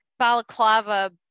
balaclava